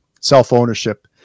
self-ownership